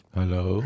Hello